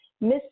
miss